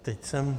Teď jsem...